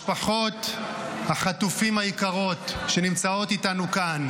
משפחות החטופים היקרות שנמצאות איתנו כאן.